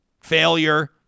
failure